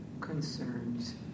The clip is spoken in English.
concerns